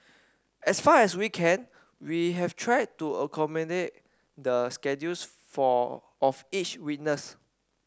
as far as we can we have tried to accommodate the schedules for of each witness